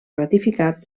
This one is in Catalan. ratificat